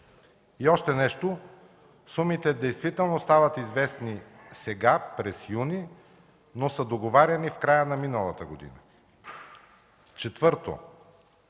И още нещо – сумите действително стават известни сега, през юни, но са договаряни в края на миналата година. Четвърто,